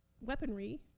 weaponry